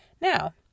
Now